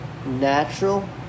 natural